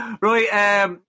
Right